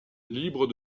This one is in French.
libre